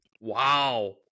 Wow